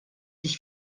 sich